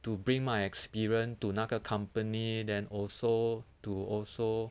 to bring my experience to 那个 company then also to also